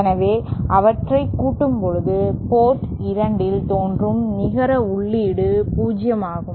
எனவே அவற்றை கூட்டும் போது போர்ட் 2 இல் தோன்றும் நிகர உள்ளீடு 0 ஆகும்